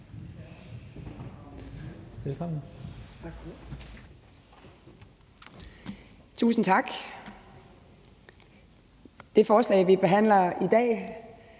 Tusind tak. Med det forslag, vi behandler i dag,